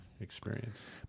experience